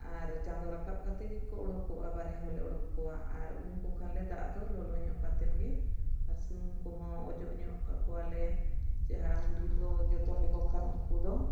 ᱟᱨ ᱪᱟᱸᱫᱚ ᱨᱟᱠᱟᱵ ᱠᱟᱛᱮ ᱜᱮᱠᱚ ᱩᱰᱩᱠᱚᱜᱼᱟ ᱵᱟᱨᱦᱮ ᱦᱚᱸᱞᱮ ᱚᱰᱚᱠ ᱠᱚᱣᱟ ᱟᱨ ᱩᱢ ᱠᱚ ᱠᱷᱟᱱᱞᱮ ᱫᱟᱜ ᱫᱚ ᱞᱚᱞᱚ ᱧᱚᱜ ᱠᱟᱛᱮᱱ ᱜᱮ ᱟᱨ ᱥᱩᱱᱩᱢ ᱠᱚᱦᱚᱸ ᱚᱡᱚᱜ ᱧᱚᱜ ᱠᱟᱠᱚᱣᱟᱞᱮ ᱡᱮ ᱦᱟᱲᱟᱢ ᱵᱩᱰᱷᱤ ᱫᱚ ᱡᱚᱛᱚᱱ ᱞᱮᱠᱚ ᱠᱷᱟᱱ ᱩᱱᱠᱩ ᱫᱚ